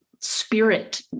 spirit